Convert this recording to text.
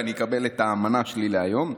ואני אקבל את המנה שלי להיום.